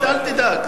אל תדאג.